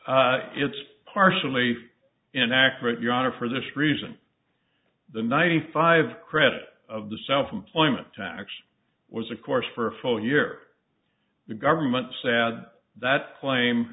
it's partially inaccurate your honor for this reason the ninety five credit of the self employment tax was of course for a full year the government's ad that claim